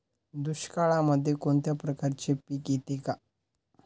दुष्काळामध्ये कोणत्या प्रकारचे पीक येते का?